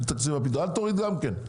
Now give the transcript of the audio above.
אל תוריד גם כן.